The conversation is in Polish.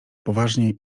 poważnie